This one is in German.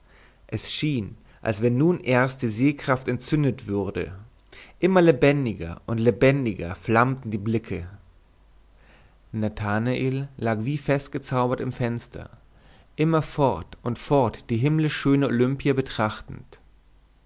es schien als wenn nun erst die sehkraft entzündet würde immer lebendiger und lebendiger flammten die blicke nathanael lag wie festgezaubert im fenster immer fort und fort die himmlisch schöne olimpia betrachtend